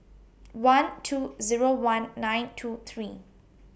one two Zero one nine two three